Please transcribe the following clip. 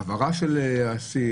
העברה של עציר.